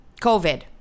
COVID